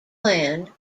planned